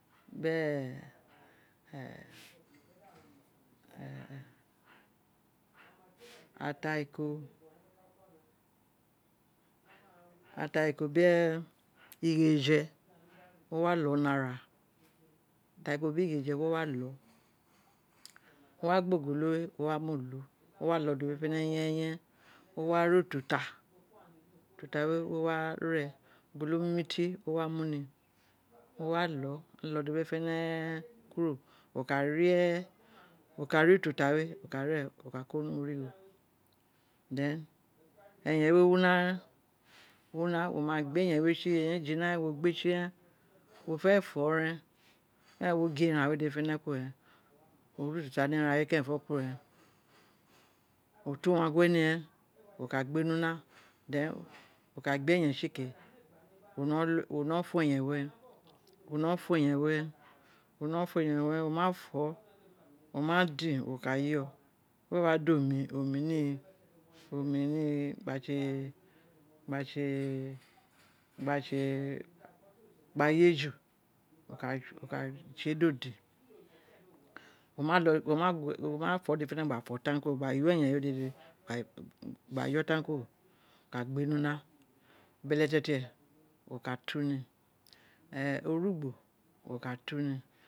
ataiko ataiko biri ighereje wo wa lo ni ara ataiko biri ighereje wo wa lo wo wa gba ogolo we wo w ilu lu wo wa lo dede fene fene yenyen wo wa gba ututa etuta we wo wa re ogolo mimi tie wo wa mu ni wo wa lo lo dede fene fene kura wo ka re atuta we ka ne gba ko ni wo ro gho thou eyen we wi una ren o wuna wo ma gbe eyen we tsi o jina o jana ren wo gbe tsi ren wa fe fo rein ira eren wo gwe eren we dede fene fene kuro ren wo re ututa ni ori gho eran we kuri ren wo tu wan ge ni ren wo ka gbe ni una then wo ka gbe eyen tsi ke wo wino fe eyen we ren wo wino fo eyen we ren wo wino fo eyen we ren wo fo oma chin wi ka yo woe wa ola omi ni omi ini omi ni gba tse gbe je ju wo ka tse olo dini wo ma fo dede fene fene gba fo tan kuro gbi yon eyen we gba yo tan kuro gba gbe ni una beletete wo ka tu ni orugbo wo ka tu ni